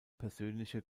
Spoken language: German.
persönliche